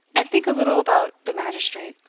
and think a little about the magistrate.